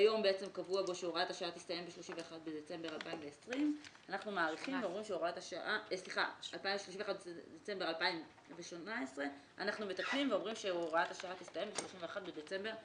כיום קבוע בו שהוראת השעה תסתיים ב-31 בדצמבר 2018. אנחנו מתקנים ואומרים שהוראת השעה תסתיים ב-31 בדצמבר,